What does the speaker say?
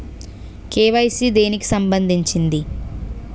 KYC దేనికి సంబందించింది?